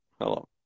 hello